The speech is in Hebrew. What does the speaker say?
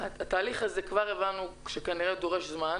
התהליך הזה, כבר הבנו שכנראה דורש זמן